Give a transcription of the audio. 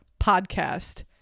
podcast